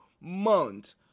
month